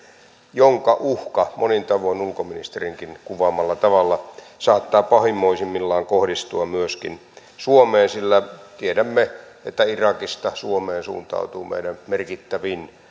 jonka uhka monin tavoin ulkoministerinkin kuvaamalla tavalla saattaa pahimmoisimmillaan kohdistua myöskin suomeen sillä tiedämme että irakista suomeen suuntautuu meidän merkittävin